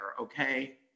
okay